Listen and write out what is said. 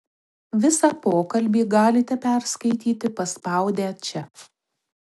visą pokalbį galite perskaityti paspaudę čia